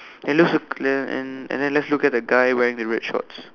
and looks then and and let's look at the guy wearing the red shorts